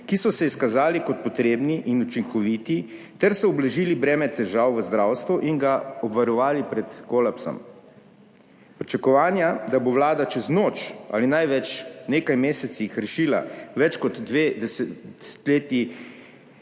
izkazali kot potrebni in učinkoviti ter so ublažili breme težav v zdravstvu in ga obvarovali pred kolapsom. Pričakovanja, da bo vlada čez noč ali največ nekaj mesecih rešila več kot dve desetletji